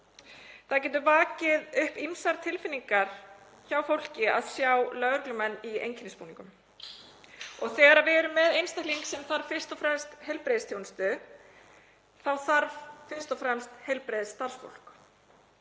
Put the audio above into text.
Það getur vakið upp ýmsar tilfinningar hjá fólki að sjá lögreglumenn í einkennisbúningum og þegar við erum með einstakling sem þarf fyrst og fremst heilbrigðisþjónustu þá þarf fyrst og fremst heilbrigðisstarfsfólk.